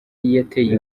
yateye